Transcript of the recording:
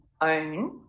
own